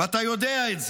ואתה יודע את זה.